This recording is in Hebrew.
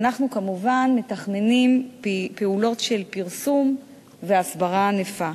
אנחנו כמובן מתכננים פעולות של פרסום והסברה ענפה,